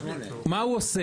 מה הוא עושה?